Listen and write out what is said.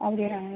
அப்படியாங்க